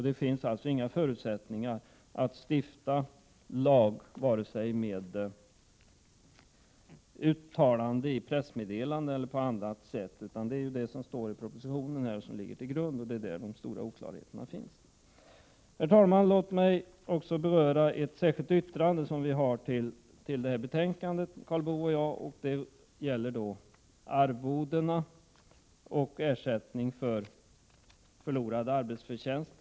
Det finns inga förutsättningar för att stifta lag vare sig med hjälp av uttalanden i pressmeddelanden eller på annat sätt, utan det är vad som står i propositionen som ligger till grund för lagstiftningen, och det är där som de stora oklarheterna finns. Herr talman! Låt mig också beröra ett särskilt yttrande till det här betänkandet som har avgetts av Karl Boo och mig. Det gäller arvodena och ersättningen för förlorad arbetsförtjänst.